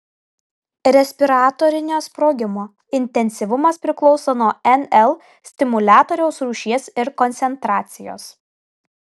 respiratorinio sprogimo intensyvumas priklauso nuo nl stimuliatoriaus rūšies ir koncentracijos